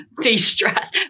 de-stress